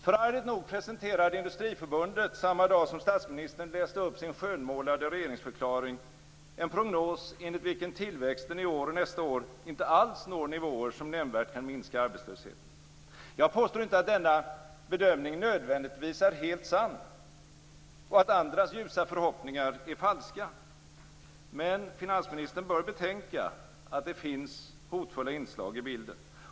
Förargligt nog presenterade Industriförbundet samma dag som statsministern läste upp sin skönmålade regeringsförklaring en prognos enligt vilken tillväxten i år och nästa år inte alls når nivåer som nämnvärt kan minska arbetslösheten. Jag påstår inte att denna bedömning nödvändigtvis är helt sann och att andras ljusa förhoppningar är falska, men finansministern bör betänka att det finns hotfulla inslag i bilden.